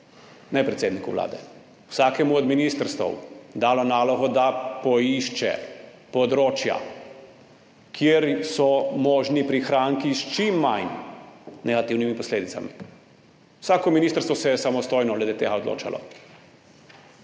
ne predsedniku Vlade, vsakemu od ministrstev dalo nalogo, da poišče področja, kjer so možni prihranki s čim manj negativnimi posledicami. Vsako ministrstvo se je samostojno glede tega odločalo.